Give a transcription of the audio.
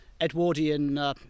Edwardian